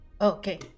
Okay